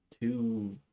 two